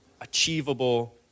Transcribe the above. achievable